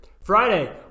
Friday